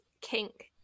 kink